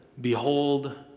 behold